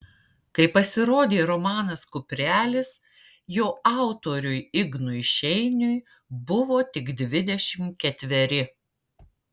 kai pasirodė romanas kuprelis jo autoriui ignui šeiniui buvo tik dvidešimt ketveri